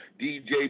dj